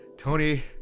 Tony